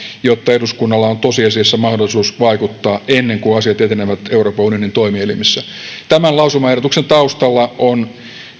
jotta eduskunnalla on tosiasiassa mahdollisuus vaikuttaa ennen kuin asiat etenevät euroopan unionin toimielimissä tämän lausumaehdotuksen taustalla on